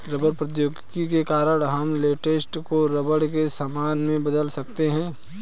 rubber प्रौद्योगिकी के कारण हम लेटेक्स को रबर के सामान में बदल सकते हैं